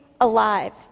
alive